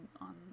on